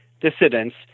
dissidents